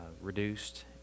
reduced